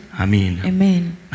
Amen